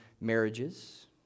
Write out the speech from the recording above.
marriages